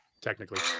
technically